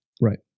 right